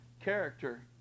character